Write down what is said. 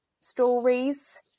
stories